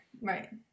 right